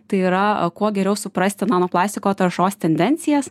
tai yra kuo geriau suprasti nano plastiko taršos tendencijas